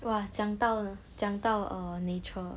!wah! 讲到讲到 err nature